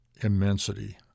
immensity